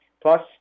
Plus